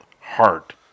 Heart